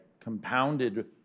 compounded